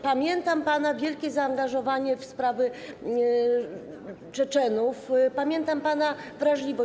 Pamiętam pana wielkie zaangażowanie w sprawy Czeczenów, pamiętam pana wrażliwość.